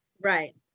Right